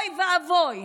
אוי ואבוי,